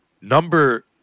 Number